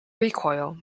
recoil